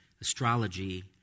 astrology